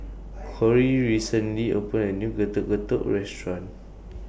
Kory recently opened A New Getuk Getuk Restaurant